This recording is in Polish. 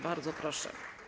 Bardzo proszę.